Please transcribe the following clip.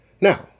Now